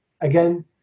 again